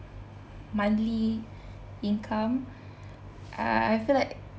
monthly income I I feel like